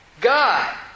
God